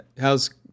how's